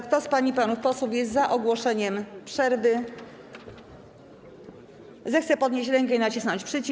Kto z pań i panów posłów jest za ogłoszeniem przerwy, zechce podnieść rękę i nacisnąć przycisk.